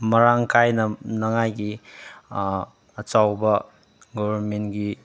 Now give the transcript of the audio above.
ꯃꯔꯥꯡ ꯀꯥꯏꯅꯉꯥꯏꯒꯤ ꯑꯆꯧꯕ ꯒꯣꯕꯔꯃꯦꯟꯒꯤ